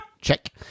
Check